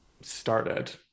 started